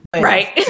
Right